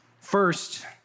First